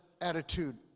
attitude